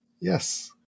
Yes